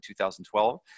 2012